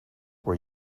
were